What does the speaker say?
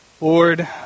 Lord